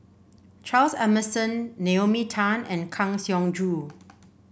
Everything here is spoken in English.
Charles Emmerson Naomi Tan and Kang Siong Joo